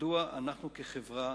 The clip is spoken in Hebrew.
מדוע אנחנו כחברה